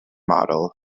model